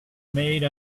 made